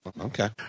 Okay